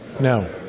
No